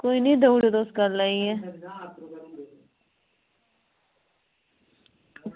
कोई निं देई ओड़ो तुस कल्लै गै